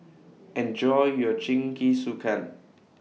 Enjoy your Jingisukan